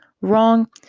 wrong